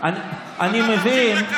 אני חייב להגיד.